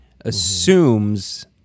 assumes